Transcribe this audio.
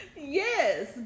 Yes